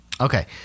Okay